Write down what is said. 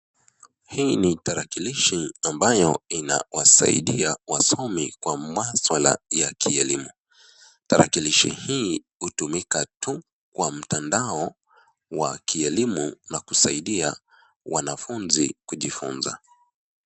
Hii ni tarakilishi ambayo inawasaidia wasomi kwa maswala ya kielimu. Tarakilishi hii utumika tu kwa mtandao wa kielimu na kusaidia wanafunzi kujifunza.